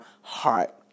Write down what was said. heart